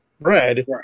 bread